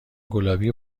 گلابی